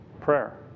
prayer